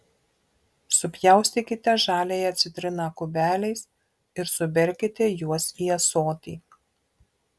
supjaustykite žaliąją citriną kubeliais ir suberkite juos į ąsotį